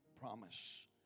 promise